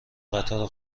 قطار